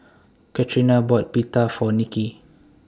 Catrina bought Pita For Nicki